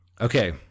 Okay